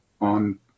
on